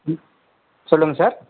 ம் சொல்லுங்கள் சார்